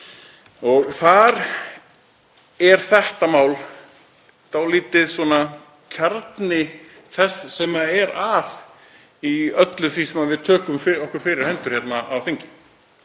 laga. Þetta mál er dálítið svona kjarni þess sem er að í öllu því sem við tökum okkur fyrir hendur hér á þingi.